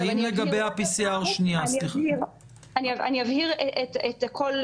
האם לגבי ה-PCR --- אני אבהיר את הכול,